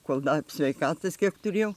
kol dar sveikatos kiek turėjau